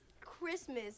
Christmas